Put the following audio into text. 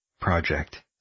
project